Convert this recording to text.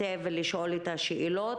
השונים,